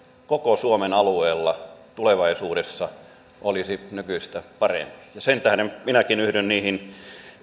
koko suomen alueella tulevaisuudessa olisi nykyistä parempi sen tähden minäkin yhdyn niihin